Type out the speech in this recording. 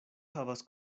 havas